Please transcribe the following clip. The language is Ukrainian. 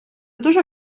дуже